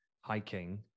hiking